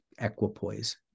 equipoise